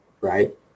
right